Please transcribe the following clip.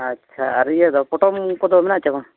ᱟᱪᱪᱷᱟ ᱟᱨ ᱤᱭᱟᱹᱫᱚ ᱯᱚᱴᱚᱢ ᱠᱚᱫᱚ ᱦᱮᱱᱟᱜᱼᱟ ᱪᱮ ᱵᱟᱝ